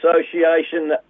Association